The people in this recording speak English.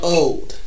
old